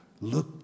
look